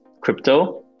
crypto